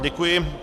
Děkuji.